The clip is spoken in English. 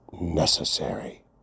necessary